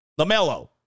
LaMelo